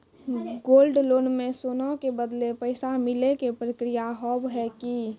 Gold loan मे सोना के बदले पैसा मिले के प्रक्रिया हाव है की?